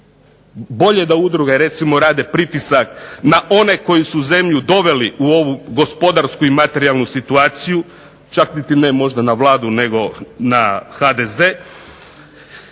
bolje da udruge recimo rade pritisak na one koji su zemlju doveli u ovu gospodarsku i materijalnu situaciju, čak niti ne možda na Vladu nego na HDZ,